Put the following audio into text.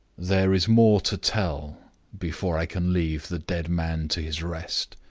there is more to tell before i can leave the dead man to his rest.